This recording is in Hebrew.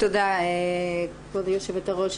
תודה כבוד יושבת-הראש.